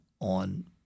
on